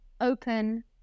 open